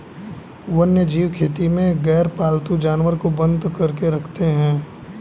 वन्यजीव खेती में गैरपालतू जानवर को बंद करके रखते हैं